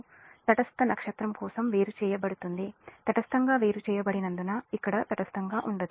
i తటస్థ నక్షత్రం కోసం వేరుచేయబడుతుంది తటస్థంగా వేరుచేయబడినందున ఇక్కడ తటస్థంగా ఉండదు